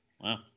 wow